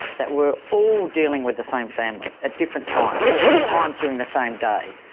that were all dealing with the same family at different times, at times during the same day,